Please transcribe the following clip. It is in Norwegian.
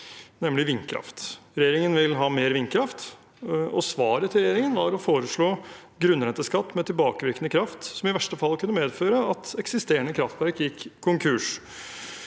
nemlig vindkraft. Regjeringen vil ha mer vindkraft. Svaret til regjeringen var å foreslå grunnrenteskatt med tilbakevirkende kraft, som i verste fall kunne medføre at eksisterende kraftverk gikk konkurs.